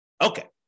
Okay